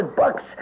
bucks